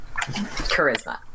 charisma